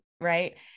right